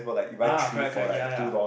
ah correct correct ya ya